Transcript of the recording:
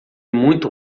muito